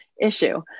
issue